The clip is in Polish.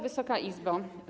Wysoka Izbo!